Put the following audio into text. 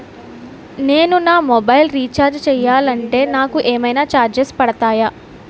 నేను నా mobile recharge చేయాలంటే నాకు ఏమైనా చార్జెస్ పడతాయా?